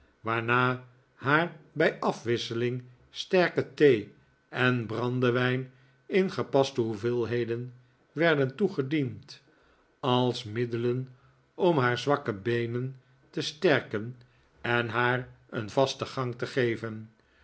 waarna haar bij afwisseling sterke thee en brandewijn in gepaste hoeveelheden werden toegediend als middelen om haar zwakke beenen te sterken en haar een vasten gang te geven